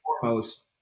foremost